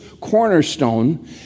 cornerstone